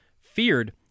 feared